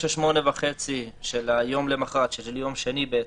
ב-08:30 בבוקר של יום המחרת, יום שני בעצם,